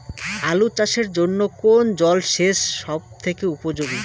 আলু চাষের জন্য কোন জল সেচ সব থেকে উপযোগী?